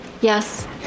Yes